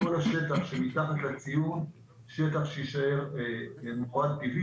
כל השטח שמתחת לציון הוא שטח שיישאר מוכרז טבעי.